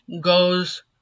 goes